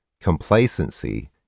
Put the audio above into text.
complacency